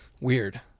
weird